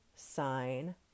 sign